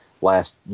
last